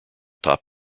top